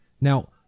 Now